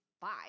five